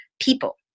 people